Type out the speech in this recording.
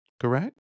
correct